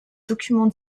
documents